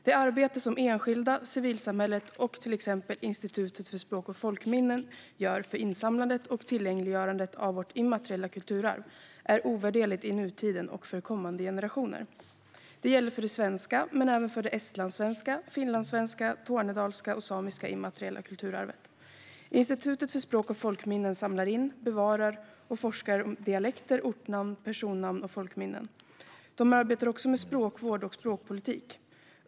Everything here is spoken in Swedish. Det arbete som enskilda, civilsamhället och till exempel Institutet för språk och folkminnen gör för insamlandet och tillgängliggörandet av vårt immateriella kulturarv är ovärderligt i nutiden och för kommande generationer. Det gäller för det svenska men även för det estlandssvenska, finlandssvenska, tornedalska och samiska immateriella kulturarvet. Institutet för språk och folkminnen samlar in, bevarar och forskar om dialekter, ortnamn, personnamn och folkminnen. De arbetar också med språkvård och språkpolitik.